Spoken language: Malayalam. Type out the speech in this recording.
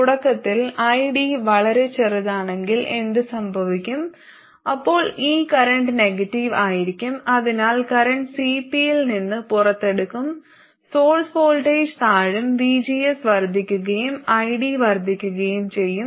തുടക്കത്തിൽ id വളരെ ചെറുതാണെങ്കിൽ എന്തുസംഭവിക്കും അപ്പോൾ ഈ കറന്റ് നെഗറ്റീവ് ആയിരിക്കും അതിനാൽ കറന്റ് Cp ൽ നിന്ന് പുറത്തെടുക്കും സോഴ്സ് വോൾട്ടേജ് താഴും vgs വർദ്ധിക്കുകയും id വർദ്ധിക്കുകയും ചെയ്യും